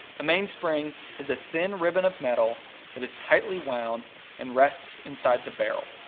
a mainspring is a thin ribbon of metal that is tightly wound and rests inside the barrel.